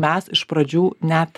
mes iš pradžių net